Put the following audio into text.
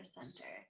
center